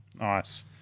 Nice